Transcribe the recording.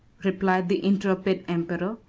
replied the intrepid emperor,